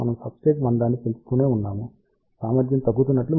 మనము సబ్స్ట్రేట్ మందాన్ని పెంచుతూనే ఉన్నాము సామర్థ్యం తగ్గుతున్నట్లు మీరు చూడవచ్చు